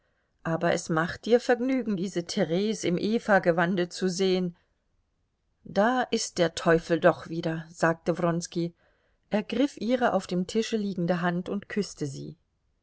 aber es macht dir vergnügen diese therese im evagewande zu sehen da ist der teufel doch wieder sagte wronski ergriff ihre auf dem tische liegende hand und küßte sie